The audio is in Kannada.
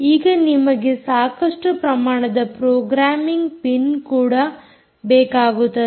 ಈಗ ನಿಮಗೆ ಸಾಕಷ್ಟು ಪ್ರಮಾಣದ ಪ್ರೋಗ್ರಾಮಿಂಗ್ ಪಿನ್ ಕೂಡ ಬೇಕಾಗುತ್ತದೆ